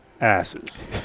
asses